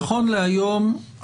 נכון להיום,